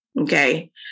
okay